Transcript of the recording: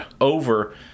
over